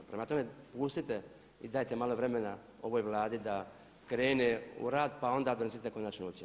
Prema tome, pustite i dajte malo vremena ovoj Vladi da krene u rad pa onda donesite konačnu ocjenu.